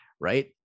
right